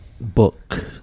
book